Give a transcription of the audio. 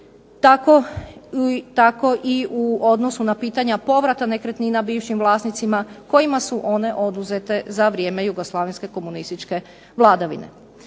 tako i u odnosu na pitanja povrata nekretnina bivšim vlasnicima kojima su one oduzete za vrijeme jugoslavenske komunističke vladavine.